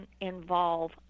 involve